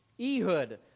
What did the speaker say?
Ehud